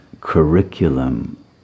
curriculum